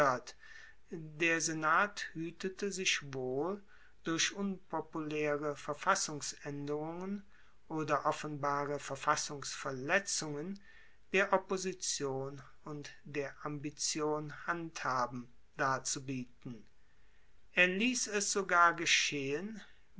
der senat huetete sich wohl durch unpopulaere verfassungsaenderungen oder offenbare verfassungsverletzungen der opposition und der ambition handhaben darzubieten er liess es sogar geschehen